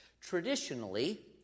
Traditionally